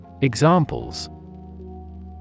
Examples